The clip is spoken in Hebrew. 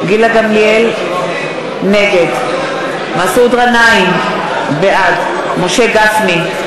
גמליאל, נגד מסעוד גנאים, בעד משה גפני,